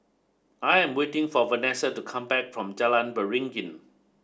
I am waiting for Vanesa to come back from Jalan Beringin